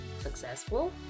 successful